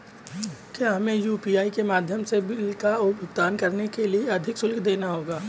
क्या हमें यू.पी.आई के माध्यम से बिल का भुगतान करने के लिए अधिक शुल्क देना होगा?